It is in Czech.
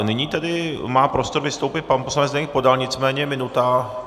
Nyní má tedy prostor vystoupit pan poslanec Zdeněk Podal, nicméně minuta.